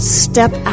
step